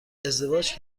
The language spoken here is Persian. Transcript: ازدواج